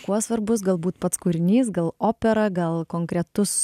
kuo svarbus galbūt pats kūrinys gal opera gal konkretus